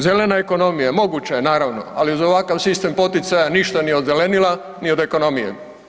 Zelena ekonomija, moguća je naravno, ali uz ovakav sistem poticaja ništa ni od zelenila, ni od ekonomije.